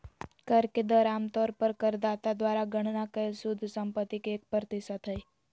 कर के दर आम तौर पर करदाता द्वारा गणना कइल शुद्ध संपत्ति के एक प्रतिशत हइ